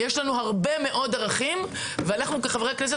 יש לנו הרבה מאוד עכבים ואנחנו ,כחברי כנסת,